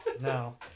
No